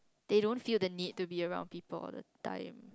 they don't feel the need to be around people all the time